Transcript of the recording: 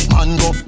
Mango